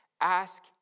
Ask